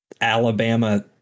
alabama